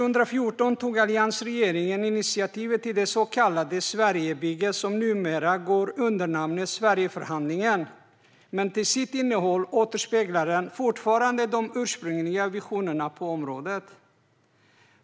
År 2014 tog alliansregeringen initiativet till det så kallade Sverigebygget som numera går under namnet Sverigeförhandlingen, men till sitt innehåll återspeglar den fortfarande de ursprungliga visionerna på området.